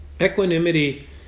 equanimity